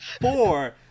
four